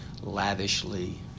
lavishly